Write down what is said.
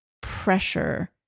pressure